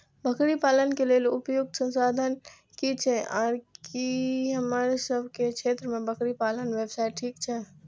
बकरी पालन के लेल उपयुक्त संसाधन की छै आर की हमर सब के क्षेत्र में बकरी पालन व्यवसाय ठीक छै?